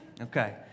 Okay